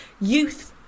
youth